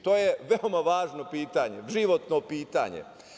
To je veoma važno pitanje, životno pitanje.